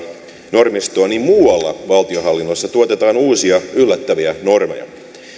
normistoa niin muualla valtionhallinnossa tuotetaan uusia yllättäviä normeja